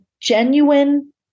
genuine